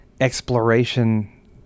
exploration